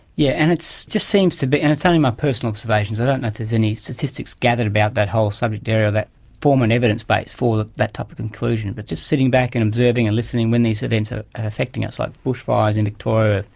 yeah and it just seems to be, and it's only my personal observations, i don't know if there's any statistics gathered about that whole subject area or form an evidence base for that type of conclusion, but just sitting back and observing and listening when these events are affecting us, like bushfires in victoria,